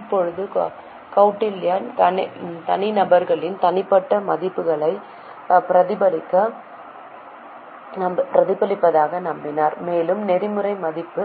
இப்போது கௌடில்யா தனிநபர்களின் தனிப்பட்ட மதிப்புகளை பிரதிபலிப்பதாக நம்பினார் மேலும் நெறிமுறை மதிப்பு